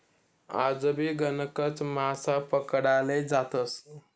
आजबी गणकच मासा पकडाले जातस